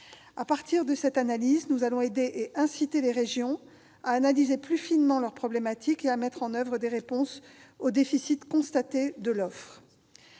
À partir de cela, nous allons aider et inciter les régions à analyser plus finement leurs problématiques et à mettre en oeuvre des réponses aux déficits constatés de l'offre.